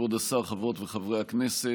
כבוד השר, חברות וחברי הכנסת,